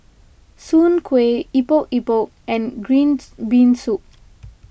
Soon Kueh Epok Epok and Green Bean Soup